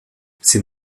sin